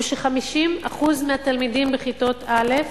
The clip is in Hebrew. הוא ש-50% מהתלמידים בכיתות א'